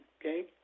okay